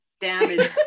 damage